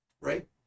right